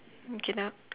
okay now